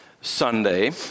Sunday